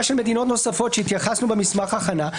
של מדינות נוספות והתייחסנו במסמך ההכנה.